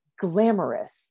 glamorous